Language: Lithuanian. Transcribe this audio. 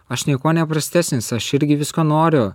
aš niekuo neprastesnis aš irgi visko noriu